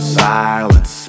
silence